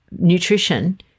nutrition